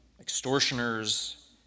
extortioners